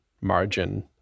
margin